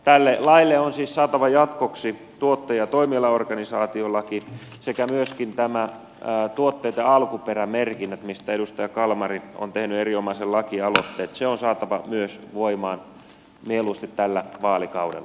tälle laille on siis saatava jatkoksi tuottaja ja toimialaorganisaatiolaki sekä myöskin tuotteitten alkuperämerkinnät mistä edustaja kalmari on tehnyt erinomaisen lakialoitteen se on saatava myös voimaan mieluusti tällä vaalikaudella